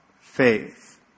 faith